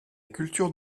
culture